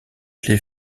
les